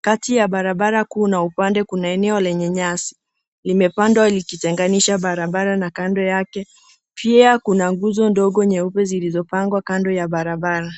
Kati ya barabara kuu na upande kuna eneo lenye nyasi. Limepandwa likitenganisha barabara na kando yake. Pia kuna nguzo ndogo nyeupe zililopangwa kando ya barabara.